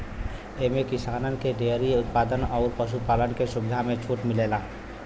एम्मे किसानन के डेअरी उत्पाद अउर पशु पालन के सुविधा पे छूट मिलेला